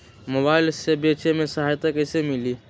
Mobile से बेचे में सहायता कईसे मिली?